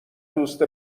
دوست